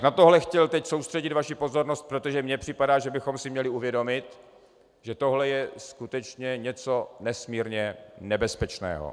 Na tohle bych chtěl teď soustředit vaši pozornost, protože mně připadá, že bychom si měli uvědomit, že tohle je skutečně něco nesmírně nebezpečného.